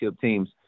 teams